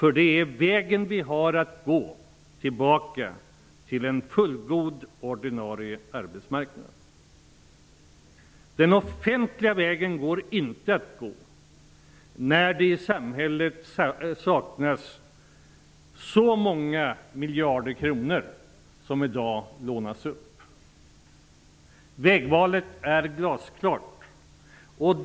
Det är den väg vi har att gå tillbaka till en fullgod ordinarie arbetsmarknad. Det går inte att gå den offentliga vägen när det i samhället saknas så många miljarder kronor som i dag lånas upp. Vägvalet är glasklart.